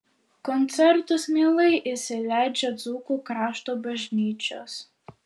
koncertus mielai įsileidžia dzūkų krašto bažnyčios